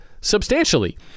substantially